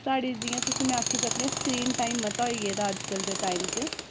साढ़े जि'यां तुसेंगी में आक्खी सकनी स्क्रीन टाइम मता होई गेदा ऐ अजकल दे टाइम च